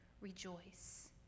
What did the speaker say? rejoice